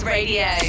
Radio